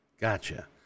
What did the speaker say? Gotcha